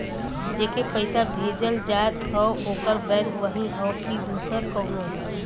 जेके पइसा भेजल जात हौ ओकर बैंक वही हौ कि दूसर कउनो हौ